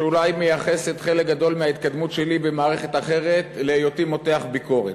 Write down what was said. שאולי מייחס חלק גדול מההתקדמות שלו במערכת אחרת להיותו מותח ביקורת,